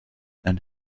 and